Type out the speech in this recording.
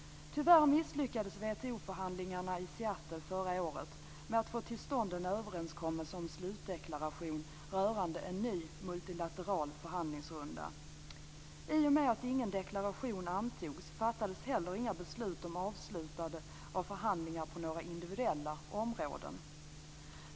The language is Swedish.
Tyvärr misslyckades man i WTO-förhandlingarna i Seattle förra året med att få till stånd en överenskommelse om en slutdeklaration rörande en ny multilateral förhandlingsrunda. I och med att ingen deklaration antogs fattades heller inga beslut om avslutande av förhandlingar på några individuella områden.